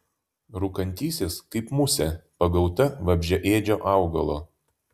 rūkantysis kaip musė pagauta vabzdžiaėdžio augalo